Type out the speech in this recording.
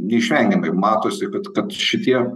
neišvengiamai matosi kad kad šitie